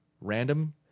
random